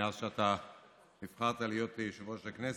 מאז שאתה נבחרת להיות יושב-ראש הכנסת,